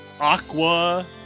Aqua